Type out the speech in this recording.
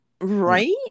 right